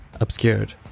obscured